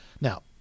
Now